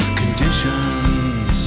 conditions